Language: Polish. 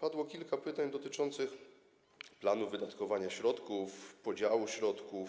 Padło kilka pytań dotyczących planu wydatkowania środków, podziału środków,